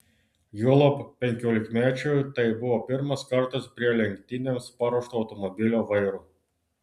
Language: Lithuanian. juolab penkiolikmečiui tai buvo pirmas kartas prie lenktynėms paruošto automobilio vairo